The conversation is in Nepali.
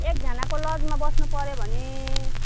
एकजनाको लजमा बस्नुपऱ्यो भने